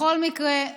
בכל מקרה,